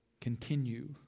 continue